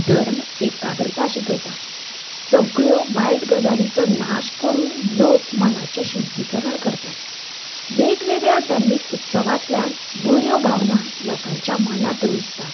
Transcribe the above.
धर्म एकाग्रता शिकयता सगळ्यो वायट गजालींचो नाश करून लोक मनाचें शुद्दीकरण करतात वेगवेगळ्या धर्मीक उत्सवातल्यान बऱ्यो भावनां लोकांच्या मनात रुजतात